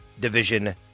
Division